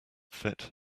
fit